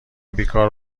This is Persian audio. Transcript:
بیکار